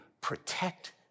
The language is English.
protect